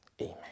Amen